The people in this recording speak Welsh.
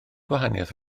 gwahaniaeth